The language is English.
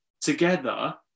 together